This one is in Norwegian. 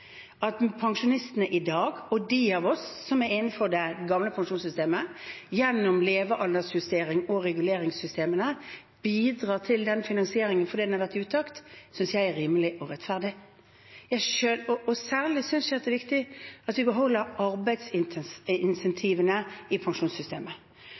At pensjonistene i dag og de av oss som er innenfor det gamle pensjonssystemet, gjennom levealdersjustering og reguleringssystemene bidrar til den finansieringen fordi den har vært i utakt, synes jeg er rimelig og rettferdig. Særlig synes jeg det er viktig at vi beholder